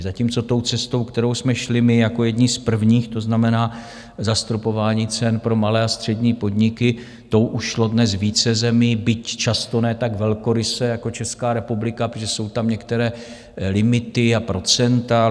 Zatímco tou cestou, kterou jsme šli my jako jedni z prvních, to znamená zastropování cen pro malé a střední podniky, tou už šlo dnes více zemí, byť často ne tak velkoryse jako Česká republika, protože jsou tam některé limity a procenta.